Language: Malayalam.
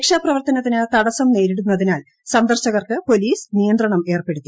രൂക്ഷ്മാപ്രവർത്തനത്തിന് തടസം നേരിടുന്നതിനാൽ സന്ദർശക്ർക്ക് പോലീസ് നിയന്ത്രണം ഏർപ്പെടുത്തി